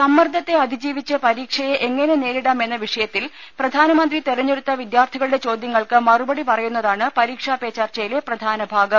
സമ്മർദ്ദത്തെ അതിജീവിച്ച് പരീക്ഷയെ എങ്ങനെ നേരിടാം എന്ന വിഷയത്തിൽ പ്രധാനമന്ത്രി തെരഞ്ഞെടുത്ത വിദ്യാർത്ഥികളുടെ ചോദ്യങ്ങൾക്ക് മറുപടി പറയുന്നതാണ് പരീക്ഷാ പേ ചർച്ചയിലെ പ്രധാന ഭാഗം